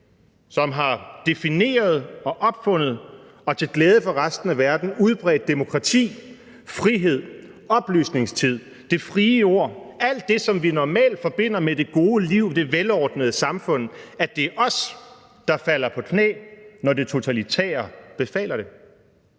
som har defineret, opfundet og til glæde for resten af verden udbredt demokrati, frihed, oplysningstid, det frie ord – alt det, som vi normalt forbinder med det gode liv og velordnede samfund – der falder på knæ, når det totalitære befaler det?